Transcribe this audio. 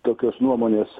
tokios nuomonės